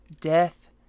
death